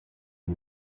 and